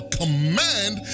command